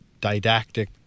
didactic